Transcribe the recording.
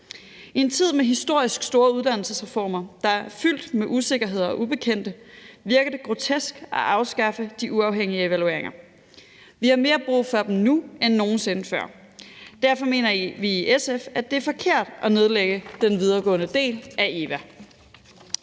I en tid med historisk store uddannelsesreformer, der er fyldt med usikkerheder og ubekendte, virker det grotesk at afskaffe de uafhængige evalueringer. Vi har mere brug for dem nu end nogen sinde før. Derfor mener vi i SF, at det er forkert at nedlægge den videregående del af EVA.